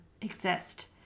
exist